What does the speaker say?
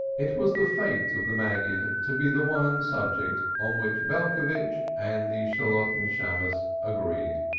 it was the fate of the maggid to be the one subject on which belcovitch and the shalotten shammos agreed.